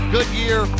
Goodyear